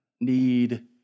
need